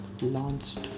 launched